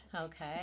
Okay